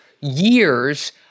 years